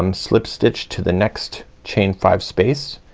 um slip stitch to the next chain five space.